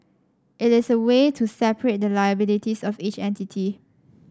it is a way to separate the liabilities of each entity